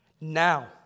now